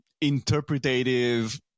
interpretative